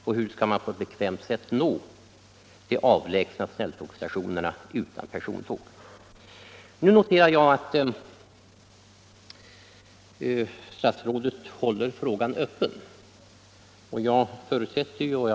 Och hur skall man utan persontåg på ett bekvämt sätt nå de avlägsna snälltågsstationerna? Jag noterar att statsrådet håller avgörandet i frågan öppen.